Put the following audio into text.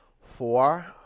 Four